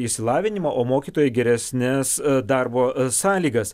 išsilavinimą o mokytojai geresnes darbo sąlygas